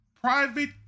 private